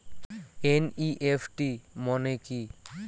NEFT মনে কি?